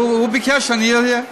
הוא ביקש שאני אהיה.